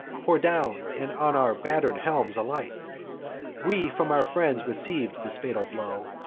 pour down, and on our batter'd helms alight we from our friends receiv'd this fatal blow,